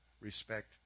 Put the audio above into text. Respect